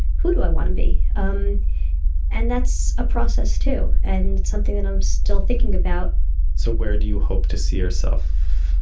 who do i want to be? um and that's a process too, and it's something that i'm still thinking about so where do you hope to see yourself,